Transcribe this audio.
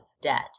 debt